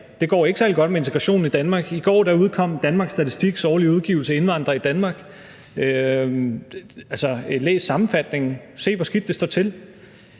Det går ikke særlig godt med integrationen i Danmark. I går udkom Danmarks Statistiks årlige udgivelse »Indvandrere i Danmark 2020«, og altså, læs sammenfatningen, og se, hvor skidt det står til.